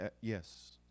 yes